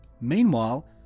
Meanwhile